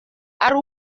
ari